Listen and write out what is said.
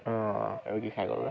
অঁ আৰু কি খাই কৰোঁ